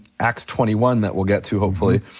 acts twenty one that we'll get to hopefully.